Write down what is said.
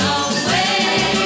away